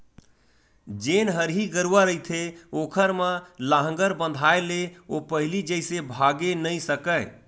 जेन हरही गरूवा रहिथे ओखर म लांहगर बंधाय ले ओ पहिली जइसे भागे नइ सकय